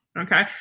Okay